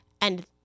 And